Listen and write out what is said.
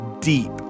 deep